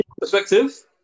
perspective